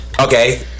Okay